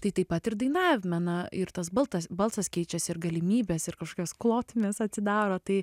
tai taip pat ir dainavime na ir tas tas balsas keičiasi ir galimybės ir kažkokios plotmės atsidaro tai